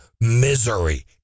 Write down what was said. misery